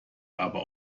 aber